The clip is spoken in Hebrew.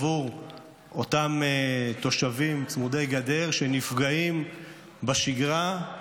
עבור אותם תושבים צמודי גדר שנפגעים בשגרה,